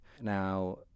Now